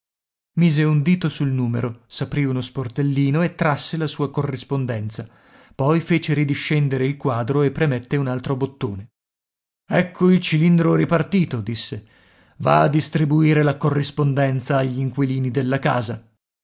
mise un dito sul numero s'aprì uno sportellino e trasse la sua corrispondenza poi fece ridiscendere il quadro e premette un altro bottone ecco il cilindro ripartito disse va a distribuire la corrispondenza agli inquilini della casa